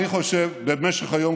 במשך היום,